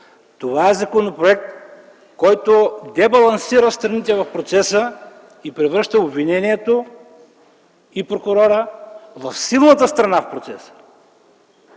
защита. Законопроект, който дебалансира страните в процеса и превръща обвинението и прокурора в силната страна в процеса.